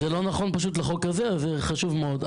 זה לא נכון פשוט לחוק הזה, זה חשב מאוד.